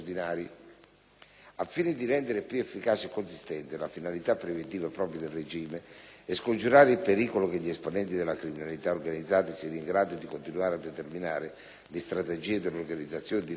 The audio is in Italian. Al fine di rendere più efficace e consistente la finalità preventiva propria del regime speciale e scongiurare il pericolo che gli esponenti della criminalità organizzata siano in grado di continuare a determinare le strategie dell'organizzazione di riferimento,